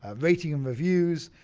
ah rating and reviews,